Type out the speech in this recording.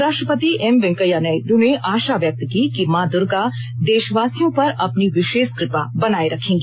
उपराष्ट्रपति एम वेंकैया नायडू ने आशा व्यक्त की है कि मां दूर्गा देशवासियों पर अपनी विशेष कृपा बनाए रखेंगी